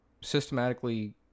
systematically